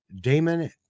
Damon